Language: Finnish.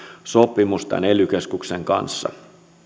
sopimus tämän ely keskuksen kanssa